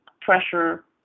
pressure